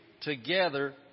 together